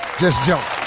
just jump.